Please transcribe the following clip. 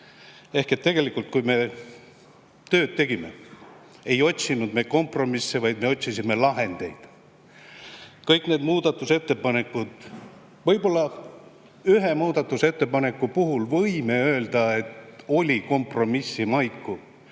Tegelikult, kui me tööd tegime, ei otsinud me kompromisse, vaid me otsisime lahendeid – kõik need muudatusettepanekud. Võib-olla ühe muudatusettepaneku puhul, võime öelda, oli kompromissi maiku,